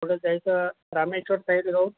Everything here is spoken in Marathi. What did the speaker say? कुठे जायचं रामेश्वर साईडला जाऊ